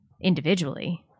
individually